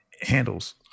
handles